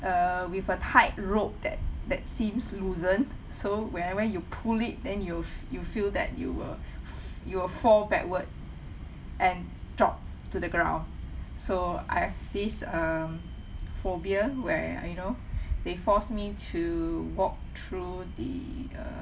uh with a tight rope that that seems loosen so when where you pull it then you f~ you feel that you will f~ you will fall backward and drop to the ground so I have this um phobia where you know they force me to walk through the uh